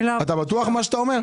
אתה בטוח בזה?